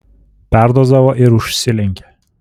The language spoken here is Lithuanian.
perdozavo ir užsilenkė